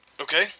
Okay